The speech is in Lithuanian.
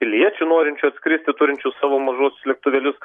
piliečių norinčių atskristi turinčius savo mažuosius lėktuvėlius